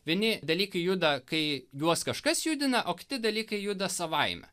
vieni dalykai juda kai juos kažkas judina o kiti dalykai juda savaime